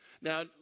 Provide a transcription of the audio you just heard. Now